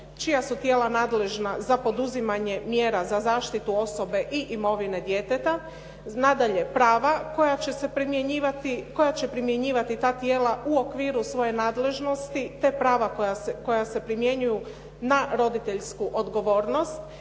čija su tijela nadležna za poduzimanje mjera za zaštitu osobe i imovine djeteta, nadalje prava koja će se primjenjivati, koja će primjenjivati ta tijela u okviru svoje nadležnosti, te prava koja se primjenjuju na roditeljsku odgovornost,